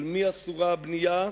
על מי אסורה הבנייה?